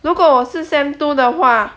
如果我是 sem two 的话